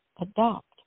adopt